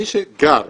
מי שגר